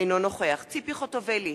אינו נוכח ציפי חוטובלי,